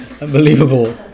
unbelievable